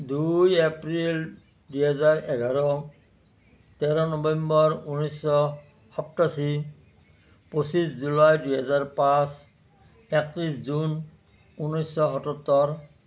দুই এপ্ৰিল দুহেজাৰ এঘাৰ তেৰ নৱেম্বৰ ঊনৈছশ সাতাশী পঁচিছ জুলাই দুহেজাৰ পাঁচ একত্ৰিছ জুন ঊনৈছশ সাতসত্তৰ